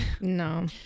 No